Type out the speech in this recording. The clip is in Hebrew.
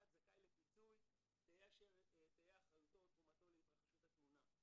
זכאי לפיצוי תהיה אשר תהיה אחריותו או תרומתו להתרחשות התאונה.